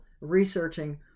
researching